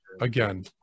again